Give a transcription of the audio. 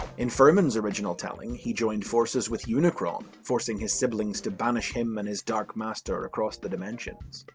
in furman's original telling, he joined forces with unicron, forcing his siblings to banish him and his dark master across the dimensions.